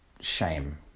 shame